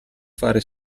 fare